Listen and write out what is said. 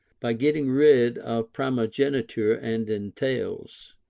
by getting rid of primogeniture and entails.